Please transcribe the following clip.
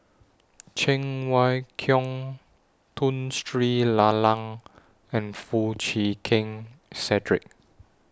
Cheng Wai Keung Tun Sri Lanang and Foo Chee Keng Cedric